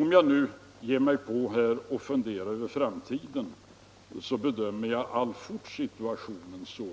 Om jag ger mig på att fundera över framtiden bedömer jag således alltfort situationen så,